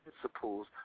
principles